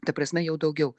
ta prasme jau daugiau